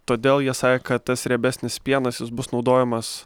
todėl jie sakė kad tas riebesnis pienas jis bus naudojamas